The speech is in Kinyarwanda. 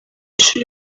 ishuri